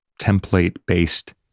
template-based